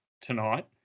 tonight